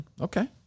okay